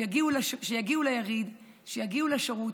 שיגיעו ליריד, שיגיעו לשירות.